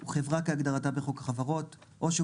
1.הוא חברה כהגדרתה בחוק החברות או שהוא